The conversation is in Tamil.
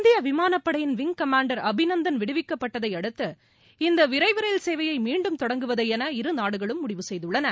இந்திய விமானப்படயின் விங் கமாண்டர் அபிநந்தன் விடுவிக்கப்பட்டதை அடுத்து இந்த விரைவு ரயில் சேவையை மீண்டும் தொடங்குவது என இரு நாடுகளும் முடிவு செய்துள்ளன